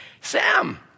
Sam